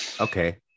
Okay